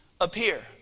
appear